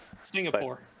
Singapore